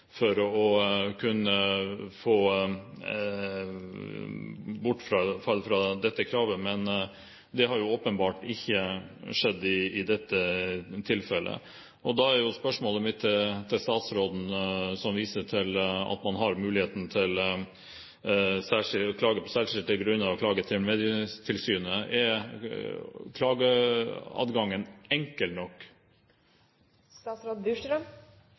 for å kunne få bortfall fra dette kravet, men det har åpenbart ikke skjedd i dette tilfellet. Da er spørsmålet mitt til statsråden, som viste til at man på særskilt grunnlag har mulighet til å klage til Medietilsynet: Er klageadgangen